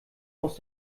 aus